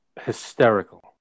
hysterical